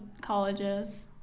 colleges